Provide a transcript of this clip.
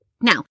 Now